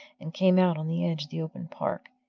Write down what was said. and came out on the edge of the open park,